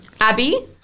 Abby